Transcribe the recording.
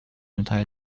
entire